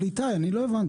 אבל איתי, אני לא הבנתי.